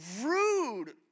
rude